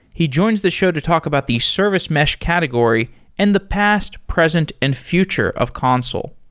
he joins the show to talk about the service mesh category and the past, present and future of consul.